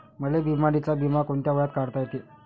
मले बिमारीचा बिमा कोंत्या वयात काढता येते?